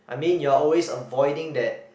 I mean you're always avoiding that